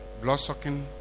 Blood-sucking